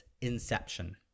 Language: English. Inception